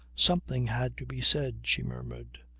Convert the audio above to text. something had to be said, she murmured.